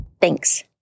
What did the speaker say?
Thanks